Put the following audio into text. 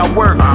work